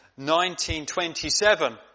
1927